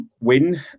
win